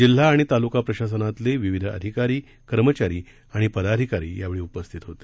जिल्हा आणि तालुका प्रशासनातले विविध अधिकारी कर्मचारी आणि पदाधिकारी यावेळी उपस्थित होते